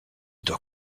doit